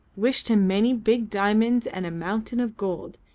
wished him many big diamonds and a mountain of gold,